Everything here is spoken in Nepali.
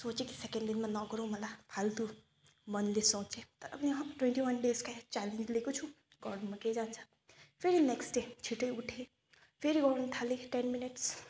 सोचेँ कि सेकेन्ड दिनमा नगरौँ होला फाल्टु मनले सोचेँ तर पनि अहँ ट्वेन्टी वान डेजको च्यालेन्ज लिएको छु गर्नुमा के जान्छ फेरि नेक्स्ट डे छिटै उठेँ फेरि गर्नु थालेँ कि टेन मिनट्स